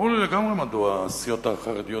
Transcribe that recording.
ברור לי לגמרי מדוע הסיעות החרדיות,